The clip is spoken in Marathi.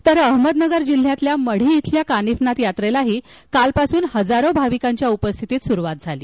तर अहमदनगर जिल्ह्यातील मढी इथल्या कानिफनाथ यात्रेलाही कालपासून हजारो भाविकांच्या उपस्थितीत सुरुवात झाली